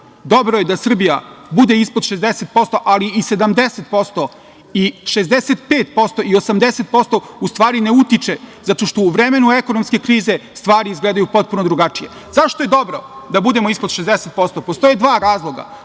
Dobro je da Srbija bude ispod 60%, ali i 70% i 65% i 80% u stvari ne utiče zato što u vremenu ekonomske krize stvari izgledaju potpuno drugačije. Zašto je dobro da budemo ispod 60%? Postoje dva razloga.